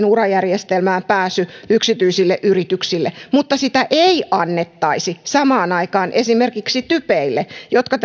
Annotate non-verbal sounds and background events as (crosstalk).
(unintelligible) ura järjestelmään pääsy yksityisille yrityksille mutta sitä ei annettaisi samaan aikaan esimerkiksi typeille jotka (unintelligible)